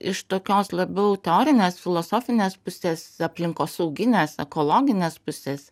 iš tokios labiau teorinės filosofinės pusės aplinkosauginės ekologinės pusės